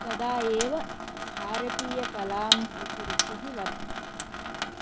तदा एव भारतीयकलां प्रति रुचिः वर्धते